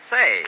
Say